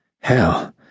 Hell